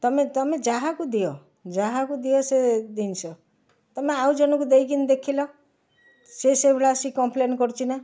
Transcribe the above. ତମେ ତମେ ଯାହାକୁ ଦିଅ ଯାହାକୁ ଦିଅ ସେ ଜିନିଷ ତମେ ଆଉ ଜଣଙ୍କୁ ଦେଇକିନି ଏମିତି ଦେଖିଲ ସେ ସେଇ ଭଳିଆ ଆସି କମ୍ପ୍ଲେନ୍ କରୁଛି ନା